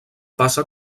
passa